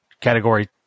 category